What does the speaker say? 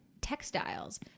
Textiles